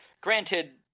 granted